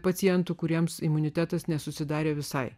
pacientų kuriems imunitetas nesusidarė visai